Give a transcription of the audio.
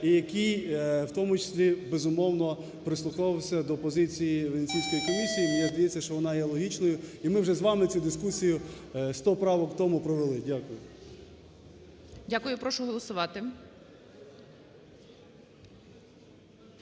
який, в тому числі, безумовно, прислуховувався до позиції Венеційської комісії. Мені здається, що вона є логічною і ми вже з вами цю дискусію сто правок тому провели. Дякую. ГОЛОВУЮЧИЙ. Дякую. Прошу голосувати.